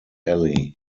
alley